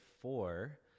four